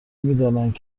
میدانند